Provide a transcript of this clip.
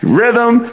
rhythm